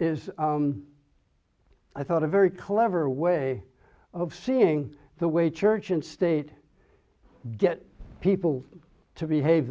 is i thought a very clever way of seeing the way church and state get people to behave